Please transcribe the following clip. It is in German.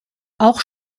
auch